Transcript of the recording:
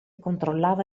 controllava